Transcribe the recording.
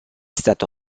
stato